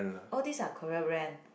all these are Korea brand